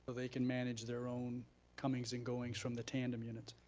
they can manage their own comings and goings from the tandem units.